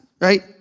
right